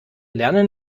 lernen